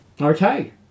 Okay